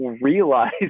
realize